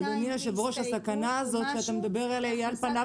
אדוני היו"ר הסכנה הזאת שאתה מדבר עליה היא על פניו